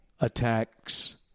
attacks